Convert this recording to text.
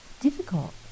difficult